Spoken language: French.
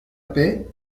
paix